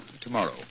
tomorrow